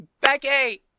Becky